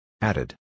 Added